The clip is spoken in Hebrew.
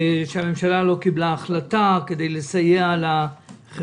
על כך שהממשלה לא קיבלה החלטה כדי לסייע לחברה,